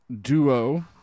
duo